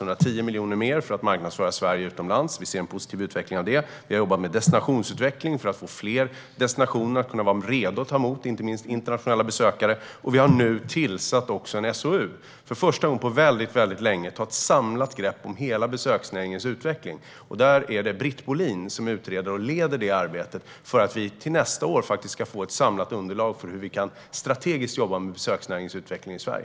Det är 110 miljoner mer för att marknadsföra Sverige utomlands. Vi ser en positiv utveckling av det. Vi har jobbat med destinationsutveckling för att få fler destinationer att vara redo att ta emot inte minst internationella besökare. Vi har nu också tillsatt en SOU för att för första gången på väldigt länge ta ett samlat grepp om hela besöksnäringens utveckling. Det är Britt Bohlin som utreder och leder det arbetet för att vi till nästa år ska få ett samlat underlag när det gäller hur vi strategiskt kan jobba med besöksnäringsutveckling i Sverige.